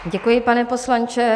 Děkuji, pane poslanče.